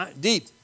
deep